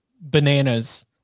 bananas